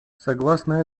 согласно